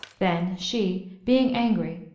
then she, being angry,